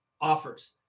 offers